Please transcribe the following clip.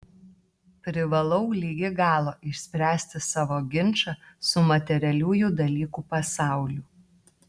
privalau ligi galo išspręsti savo ginčą su materialiųjų dalykų pasauliu